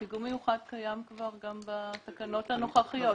פיגום מיוחד קיים כבר גם בתקנות הנוכחיות.